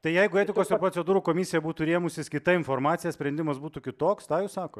tai jeigu etikos ir procedūrų komisija būtų rėmusis kita informacija sprendimas būtų kitoks tą jūs sakot